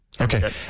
Okay